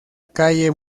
calle